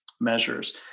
measures